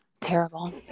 terrible